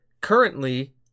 Currently